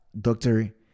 doctor